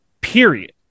period